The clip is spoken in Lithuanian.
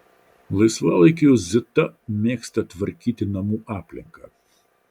laisvalaikiu zita mėgsta tvarkyti namų aplinką